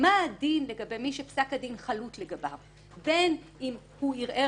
מה הדין לגבי מי שפסק הדין חלוט לגביו בין אם הוא ערער